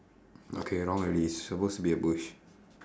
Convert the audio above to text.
okay wrong already supposed to be a bush